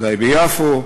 בוודאי ביפו,